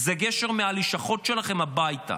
גשר מהלשכות שלכם הביתה.